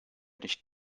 nicht